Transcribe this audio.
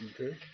Okay